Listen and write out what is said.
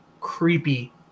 creepy